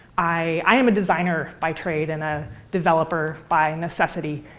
i i am a designer by trade and a developer by necessity,